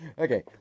Okay